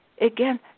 Again